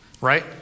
right